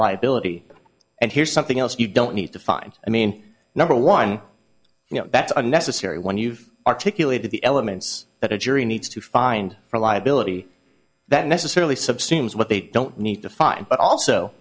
liability and here's something else you don't need to find i mean number one you know that's a necessary when you've articulated the elements that a jury needs to find for a liability that necessarily subsumes what they don't need to find but also